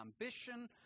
ambition